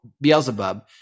Beelzebub